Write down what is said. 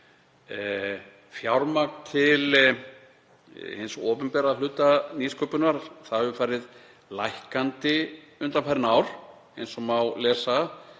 Fjármagn til hins opinbera hluta nýsköpunar hefur farið lækkandi undanfarin ár, eins og má lesa í